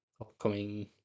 upcoming